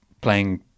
playing